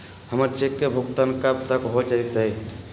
हमर चेक के भुगतान कब तक हो जतई